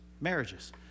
marriages